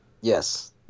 Yes